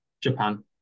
Japan